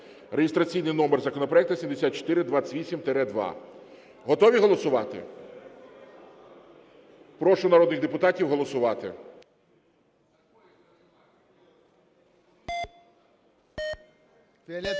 (реєстраційний номер законопроекту 7428-2). Готові голосувати? Прошу народних депутатів голосувати.